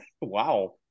Wow